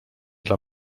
dla